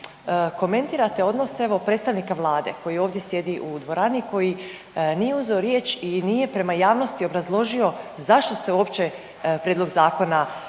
komentirate odnos evo predstavnika Vlade koji ovdje sjedi u dvorani i koji nije uzeo riječ i nije prema javnosti obrazložio zašto se uopće prijedlog zakona